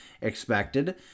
expected